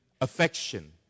affection